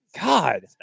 God